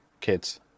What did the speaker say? kids